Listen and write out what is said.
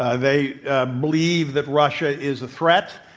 ah they ah believe that russia is a threat,